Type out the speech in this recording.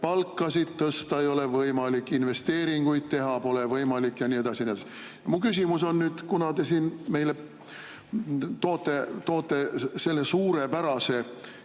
palkasid tõsta ei ole võimalik, investeeringuid teha pole võimalik ja nii edasi. Mu küsimus on – kuna te meile toote selle suurepärase